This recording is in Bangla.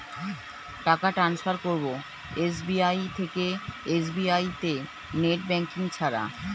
টাকা টান্সফার করব এস.বি.আই থেকে এস.বি.আই তে নেট ব্যাঙ্কিং ছাড়া?